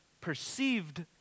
perceived